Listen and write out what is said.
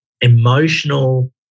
emotional